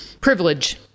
privilege